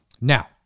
Now